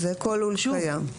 זה כל לול קיים.